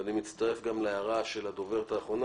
ואני מצטרף גם להערה של הדוברת האחרונה,